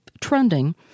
trending